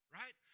right